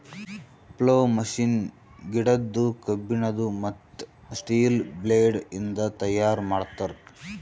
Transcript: plough machine ಗಿಡದ್ದು, ಕಬ್ಬಿಣದು, ಮತ್ತ್ ಸ್ಟೀಲ ಬ್ಲೇಡ್ ಇಂದ ತೈಯಾರ್ ಮಾಡ್ತರ್